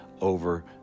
over